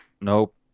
Nope